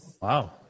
Wow